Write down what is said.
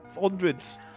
hundreds